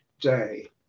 day